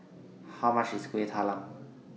How much IS Kuih Talam